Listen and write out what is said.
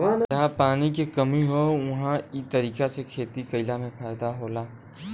जहां पानी के कमी हौ उहां इ तरीका से खेती कइला में फायदा होला